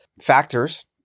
factors